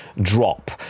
drop